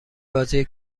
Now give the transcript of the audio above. بازی